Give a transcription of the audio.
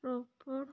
Ropar